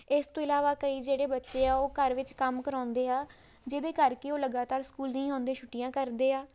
ਇਸ ਤੋਂ ਇਲਾਵਾ ਕਈ ਜਿਹੜੇ ਬੱਚੇ ਆ ਉਹ ਘਰ ਵਿੱਚ ਕੰਮ ਕਰਵਾਉਂਦੇ ਆ ਜਿਹਦੇ ਕਰਕੇ ਉਹ ਲਗਾਤਾਰ ਸਕੂਲ ਨਹੀਂ ਆਉਂਦੇ ਛੁੱਟੀਆਂ ਕਰਦੇ ਆ